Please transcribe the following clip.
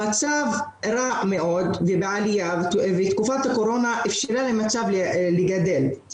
המצב רע מאוד ובעלייה ותקופת הקורונה אפשרה למצב לגדול.